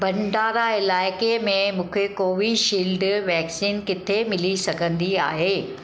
भंडारा इलाइक़े में मूंखे कोवीशील्ड वैक्सीन किथे मिली सघंदी आहे